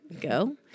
go